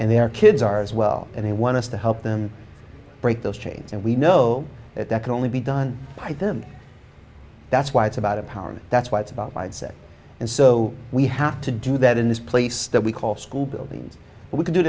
and their kids are as well and they want us to help them break those chains and we know that that can only be done by them that's why it's about empowerment that's what it's about i'd say and so we have to do that in this place that we call school buildings and we can do